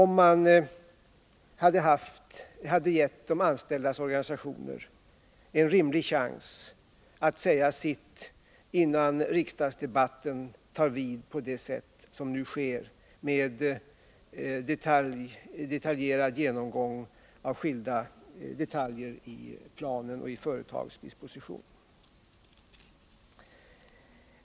Man bör ge de anställdas organisationer en rimlig chans att säga sitt innan en riksdagsdebatt tar vid på det sätt som nu sker med en noggrann genomgång av skilda detaljer i planer och företagets disposition.